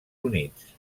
units